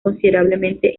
considerablemente